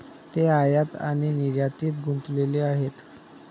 ते आयात आणि निर्यातीत गुंतलेले आहेत